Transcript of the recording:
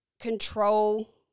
control